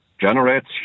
generates